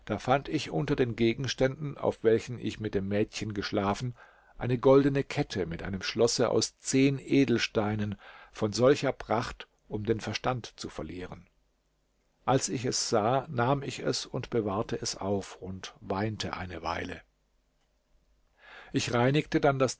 da fand ich unter den gegenständen auf welchen ich mit dem mädchen geschlafen eine goldene kette mit einem schlosse aus zehn edelsteinen von solcher pracht um den verstand zu verlieren als ich es sah nahm ich es und bewahrte es auf und weinte eine weile ich reinigte dann das